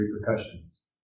repercussions